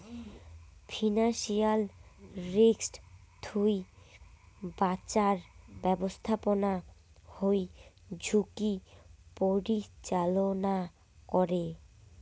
financial risk থুই বাঁচার ব্যাপস্থাপনা হই ঝুঁকির পরিচালনা করে